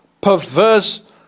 perverse